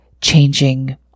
changing